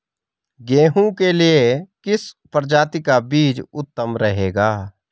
गेहूँ के लिए किस प्रजाति का बीज उत्तम रहेगा?